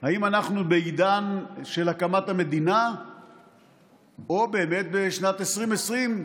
האם אנחנו בעידן של הקמת המדינה או באמת בשנת 2020,